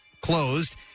Closed